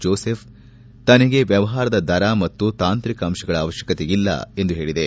Joseph ತನಗೆ ವ್ಲವಹಾರದ ದರ ಮತ್ತು ತಾಂತ್ರಿಕ ಅಂಶಗಳ ಅವಶ್ಲಕತೆ ಇಲ್ಲ ಎಂದು ಹೇಳಿದೆ